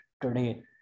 today